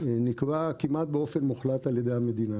נקבע כמעט באופן מוחלט על ידי המדינה.